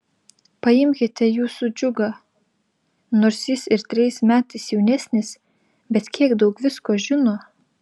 paimkite jūsų džiugą nors jis ir trejais metais jaunesnis bet kiek daug visko žino